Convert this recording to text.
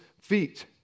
feet